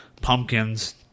pumpkins